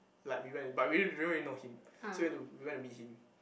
like we went but we don't really know him so went to we went to meet him